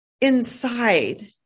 inside